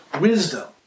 Wisdom